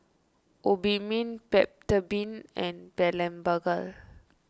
Obimin Peptamen and Blephagel